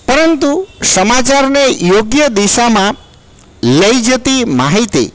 પરંતુ સમાચારને યોગ્ય દિશામાં લઈ જતી માહિતી